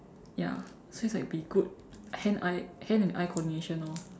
ya so it's like be good hand eye hand and eye coordination orh